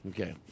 Okay